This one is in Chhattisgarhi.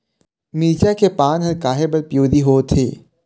मिरचा के पान हर काहे बर पिवरी होवथे?